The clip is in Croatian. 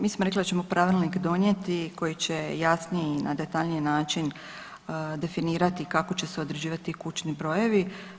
Mi smo rekli da ćemo pravilnik donijeti koji će jasnije i na detaljniji način definirati kako će se određivati kućni brojevi.